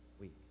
week